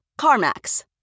CarMax